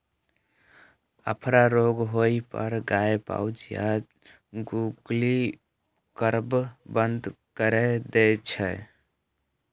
अफरा रोग होइ पर गाय पाउज या जुगाली करब बंद कैर दै छै